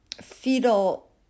fetal